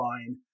fine